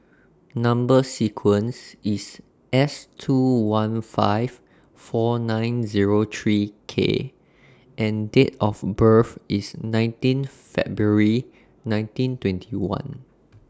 Number sequence IS S two one five four nine Zero three K and Date of birth IS nineteenth February nineteen twenty one